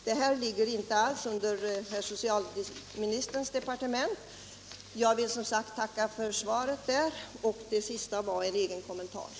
Det här faller inte alls under socialministerns departement — det var bara min egen kommentar. Jag tackar ännu en gång för svaret.